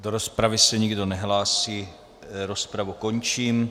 Do rozpravy se nikdo nehlásí, rozpravu končím.